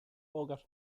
auger